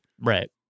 right